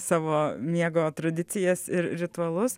savo miego tradicijas ir ritualus